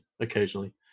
Occasionally